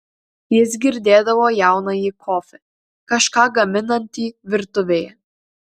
jis girdėdavo jaunąjį kofį kažką gaminantį virtuvėje